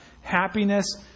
happiness